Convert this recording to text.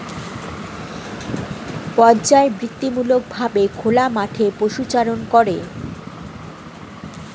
পর্যাবৃত্তিমূলক ভাবে খোলা মাঠে পশুচারণ করে